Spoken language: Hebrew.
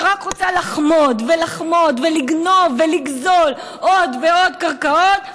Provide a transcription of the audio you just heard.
שרק רוצה לחמוד ולחמוד ולגנוב ולגזול עוד ועוד קרקעות,